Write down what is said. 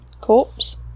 corpse